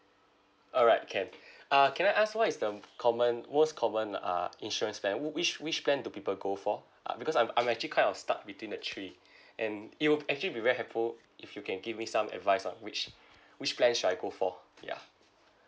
alright can uh can I ask what is the common most common uh insurance plan wh~ which which plan do people go for uh because I'm I'm actually kind of stuck between the three and it would actually be very helpful if you can give me some advice lah which which plan should I go for ya